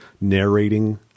narrating